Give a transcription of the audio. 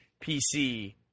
PC